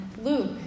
Luke